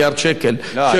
אבל לא בעמותות המזון.